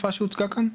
את החלופה שהוצגה כאן?